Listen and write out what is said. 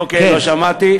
אוקיי, לא שמעתי.